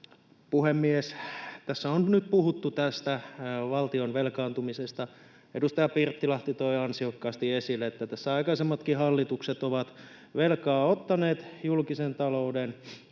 Puhemies! Tässä on nyt puhuttu tästä valtion velkaantumisesta. Edustaja Pirttilahti toi ansiokkaasti esille, että aikaisemmatkin hallitukset ovat velkaa ottaneet julkisen talouden